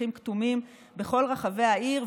פחים כתומים בכל רחבי העיר,